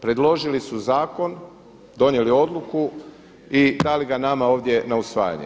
Predložili su zakon, donijeli odluku i dali ga nama ovdje na usvajanje.